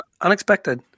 Unexpected